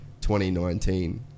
2019